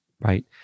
Right